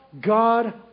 God